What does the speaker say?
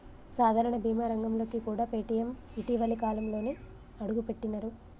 సాధారణ బీమా రంగంలోకి కూడా పేటీఎం ఇటీవలి కాలంలోనే అడుగుపెట్టినరు